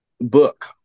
book